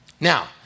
Now